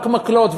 רק מקלות,